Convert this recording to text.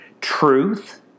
Truth